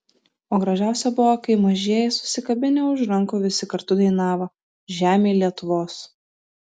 o gražiausia buvo kai mažieji susikabinę už rankų visi kartu dainavo žemėj lietuvos